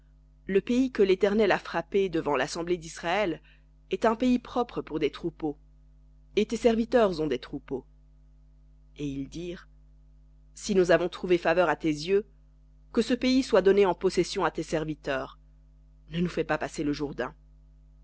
le pays que l'éternel a frappé devant l'assemblée d'israël est un pays propre pour des troupeaux et tes serviteurs ont des troupeaux et ils dirent si nous avons trouvé faveur à tes yeux que ce pays soit donné en possession à tes serviteurs ne nous fais pas passer le